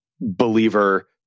believer